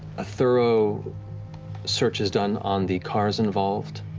a thorough search is done on the cars involved,